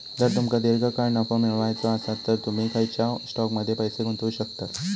जर तुमका दीर्घकाळ नफो मिळवायचो आसात तर तुम्ही खंयच्याव स्टॉकमध्ये पैसे गुंतवू शकतास